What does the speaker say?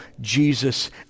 Jesus